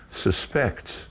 suspects